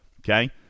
Okay